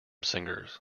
singers